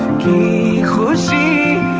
who see